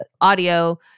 audio